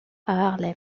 haarlem